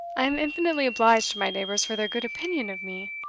i am infinitely obliged to my neighbours for their good opinion of me!